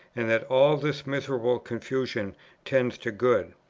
and that all this miserable confusion tends to good.